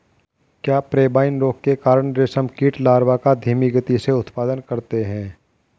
क्या पेब्राइन रोग के कारण रेशम कीट लार्वा का धीमी गति से उत्पादन करते हैं?